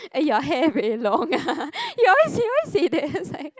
eh your hair very long ah you always she always say that